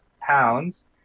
pounds